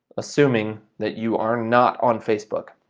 assuming that you are not on facebook.